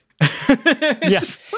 Yes